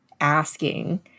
asking